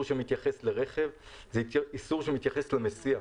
שמתייחס לרכב אלא זה איסור שמתייחס לנסיעה.